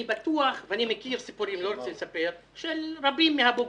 אני מכיר סיפורים לא רוצה לספר של רבים מהבוגרים,